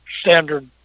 standard